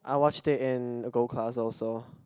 I watched it in gold class also